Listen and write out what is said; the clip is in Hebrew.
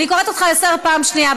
אני קוראת אותך לסדר פעם שנייה.